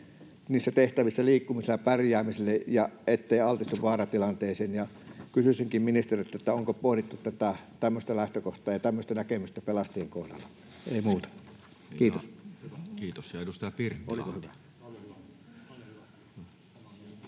niissä tehtävissä liikkumiselle ja pärjäämiselle, niin ettei altistu vaaratilanteisiin. Kysyisinkin ministeriltä: onko pohdittu tätä tämmöistä lähtökohtaa ja tämmöistä näkemystä pelastajien kohdalla? — Ei muuta. Kiitos. Kiitos.